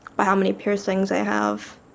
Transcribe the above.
by how many piercings they have.